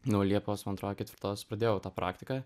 nuo liepos man atrodo ketvirtos pradėjau tą praktiką